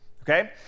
okay